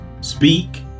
Speak